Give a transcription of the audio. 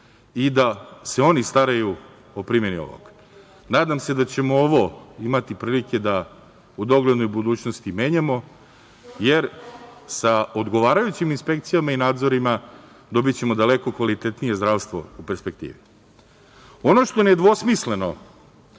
i da se oni staraju o primeni ovog. Nadam se da ćemo ovo imati prilike da u doglednoj budućnosti menjamo, jer sa odgovarajućim inspekcijama i nadzorima dobićemo daleko kvalitetnije zdravstvo u perspektivi. Ono što je nedvosmisleno,